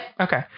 Okay